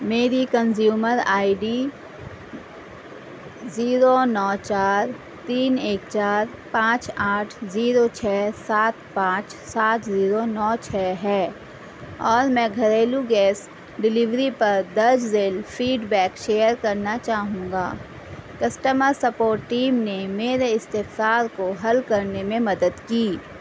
میری consumer I D zero نو چار تین ایک چار پانچ آٹھ زیرو چھ سات پانچ سات زیرو نو چھ ہے اور میں گھریلو گیس ڈیلیوری پر درج ذیل فیڈ بیک شیئر کرنا چاہوں گا کسٹمر سپورٹ ٹیم نے میرے استفسار کو حل کرنے میں مدد کی